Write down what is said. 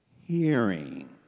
hearing